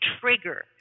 trigger